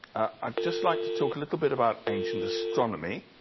i'd just like to talk a little bit about ancient astronomy.